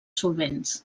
solvents